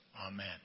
Amen